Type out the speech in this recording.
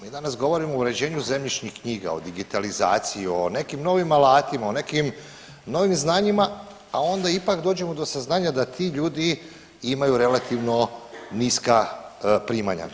Mi danas govorimo o uređenju zemljišnih knjiga, o digitalizaciji, o nekim novim alatima, o nekim novim znanjima, a onda ipak dođemo do saznanja da ti ljudi imaju relativno niska primanja.